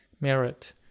Merit